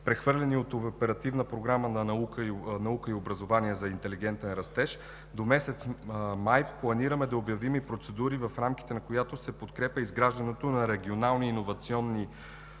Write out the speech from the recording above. прехвърлени от Оперативна програма „Наука и образование за интелигентен растеж“, до месец май планираме да обявим и процедура, в рамките на която се подкрепя изграждането на регионални иновационни